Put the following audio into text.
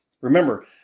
Remember